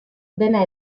dena